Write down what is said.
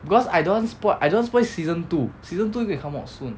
because I don't want spo~ I don't want spoil season two season two going to come out soon